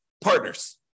partners